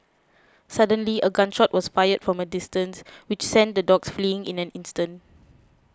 suddenly a gun shot was fired from a distance which sent the dogs fleeing in an instant